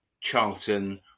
Charlton